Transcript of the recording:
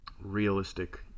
realistic